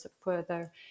further